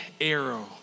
arrow